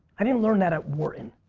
i didn't learn that at warton.